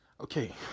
Okay